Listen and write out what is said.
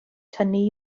tynnu